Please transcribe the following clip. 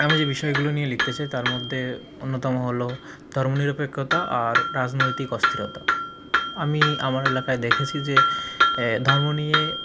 আমি যে বিষয়গুলো নিয়ে লিখতে চাই তার মধ্যে অন্যতম হল ধর্ম নিরপেক্ষতা আর রাজনৈতিক অস্থিরতা আমি আমার এলাকায় দেখেছি যে ধর্ম নিয়ে